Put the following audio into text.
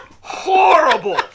horrible